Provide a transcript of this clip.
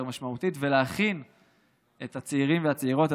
משמעותית ולהכין את הצעירים והצעירות,